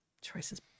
choices